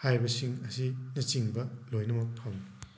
ꯍꯥꯏꯔꯤꯕꯁꯤꯡ ꯑꯁꯤꯅꯆꯤꯡꯕ ꯂꯣꯏꯅꯃꯛ ꯐꯪꯉꯤ